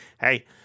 Hey